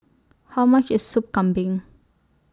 How much IS Sup Kambing